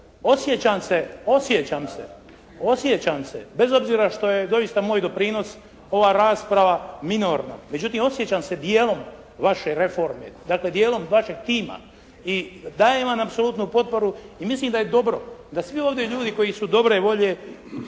osjećam se bez obzira što je doista moj doprinos, ova rasprava minorna. Međutim osjećam se dijelom vaše reforme, dakle dijelom vašeg tima i dajem vam apsolutnu potporu i mislim da je dobro da svi ovi ljudi koji su dobre volje